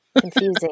Confusing